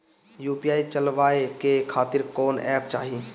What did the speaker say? UPI चलवाए के खातिर कौन एप चाहीं?